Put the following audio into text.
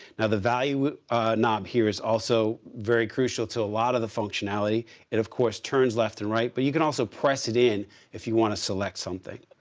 now, the value knob here is also very crucial to a lot of the functionality and of course, turns left and right. but you can also press it in if you want to select something.